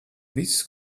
viss